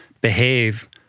behave